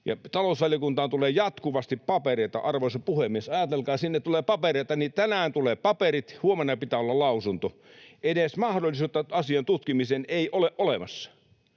Talousvaliokuntaan tulee jatkuvasti papereita. Arvoisa puhemies, ajatelkaa, että kun sinne tulee papereita, niin tänään tulee paperit ja huomenna pitää olla lausunto. Edes mahdollisuutta asian tutkimiseen ei ole olemassa.